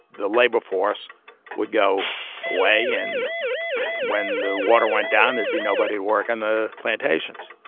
the labor force would go away, and when the water went down, there'd be nobody to work on the plantations.